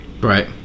Right